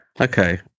okay